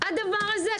הדבר הזה,